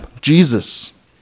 Jesus